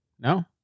No